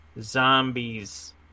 Zombies